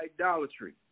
idolatry